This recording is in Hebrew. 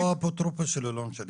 או האפוטרופוס שלו, לא משנה.